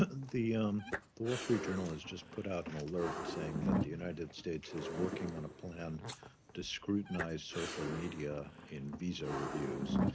the um the wall street journal has just put out an alert saying that the united states is working on a plan to scrutinize social media in visa reviews.